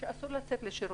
אסור לצאת לשירותים.